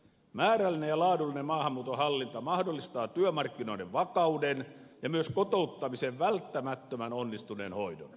määrällinen ja laadullinen maahanmuuton hallinta mahdollistaa työmarkkinoiden vakauden ja myös kotouttamisen välttämättömän onnistuneen hoidon